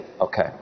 Okay